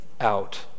out